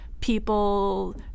people